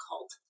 cult